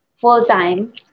full-time